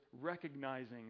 recognizing